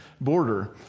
border